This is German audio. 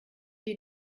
die